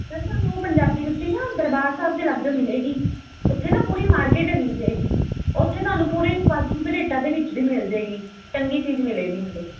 sir ਤੁਹਾਨੂੰ ਪੰਜਾਬੀ ਜੁੱਤੀ ਨਾ ਦਰਬਾਰ ਸਾਹਿਬ ਦੇ ਲਾਗਿਓ ਮਿਲੇਗੀ ਉੱਥੇ ਨਾ ਪੂਰੀ ਮਾਰਕੀਟ ਹੈਗੀ ਜੇ ਉੱਥੇ ਤੁਹਾਨੂੰ ਪੂਰੇ ਵਾਜਿਬ ਰੇਟਾਂ ਦੇ ਵਿੱਚ ਵੀ ਮਿਲ ਜਾਏਗੀ ਚੰਗੀ ਚੀਜ਼ ਮਿਲੇਗੀ ਨਾਲੇ